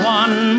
one